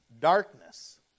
darkness